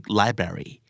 library